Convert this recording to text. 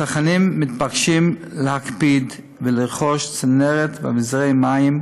הצרכנים מתבקשים להקפיד ולרכוש צנרת ואביזרי מים,